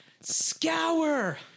Scour